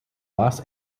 los